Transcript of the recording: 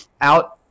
out